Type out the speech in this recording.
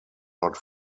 not